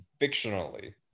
fictionally